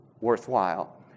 worthwhile